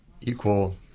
equal